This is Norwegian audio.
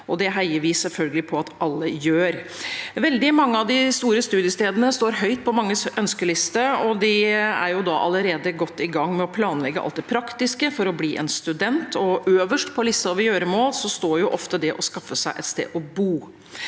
Det heier vi selvfølgelig på at alle gjør. Veldig mange av de store studiestedene står høyt på manges ønskeliste. De kommende studentene er allerede godt i gang med å planlegge alt det praktiske for å bli en student, og øverst på listen over gjøremål står ofte det å skaffe seg et sted å bo.